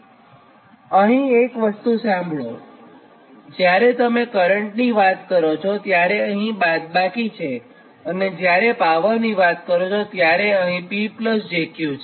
એક વસ્તું અહીં સાંભળોજ્યારે તમે કરંટની વાત કરો છો ત્યારે અહીં બાદબાકી છે અને જ્યારે પાવરની વાત કરો છો ત્યારે અહીં P j Q છે